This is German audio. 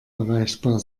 erreichbar